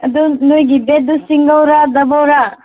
ꯑꯗꯨ ꯅꯣꯏꯒꯤ ꯕꯦꯠꯇꯨ ꯁꯤꯡꯒꯜꯔ ꯗꯕꯜꯔ